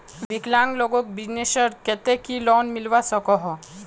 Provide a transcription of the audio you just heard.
विकलांग लोगोक बिजनेसर केते की लोन मिलवा सकोहो?